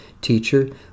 Teacher